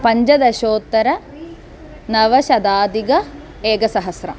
पञ्चदशोत्तरनवशताधिक एकसहस्रम्